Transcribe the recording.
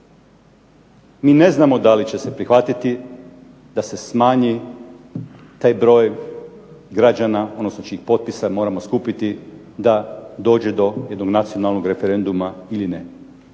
Mi ne znamo da li će se prihvatiti da se smanji taj broj građana odnosno čijih potpisa moramo skupiti da dođe do jednog nacionalnog referenduma ili ne.